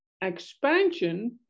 expansion